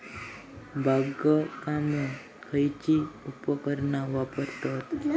बागकामाक खयची उपकरणा वापरतत?